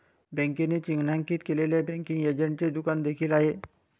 बँकेने चिन्हांकित केलेले बँकिंग एजंटचे दुकान देखील आहे